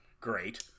Great